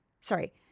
sorry